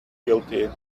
guilty